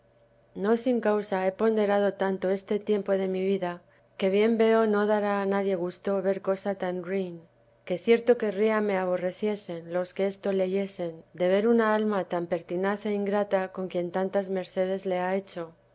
no sin causa he ponderado tanto este tiempo de mi vidaque bien veo no dará a nadie gusto ver cosa tan ruin que cierto querría me aborreciesen los que esto leyesen de ver una alma tan pertinaz e ingrata con quien tantas mercedes le ha hecho